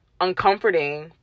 uncomforting